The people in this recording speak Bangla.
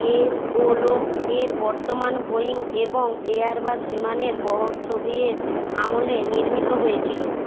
এরোলফ্ট এর বর্তমান বোয়িং এবং এয়ারবাস বিমানের বহর সোভিয়েত আমলে নির্মিত হয়েছিল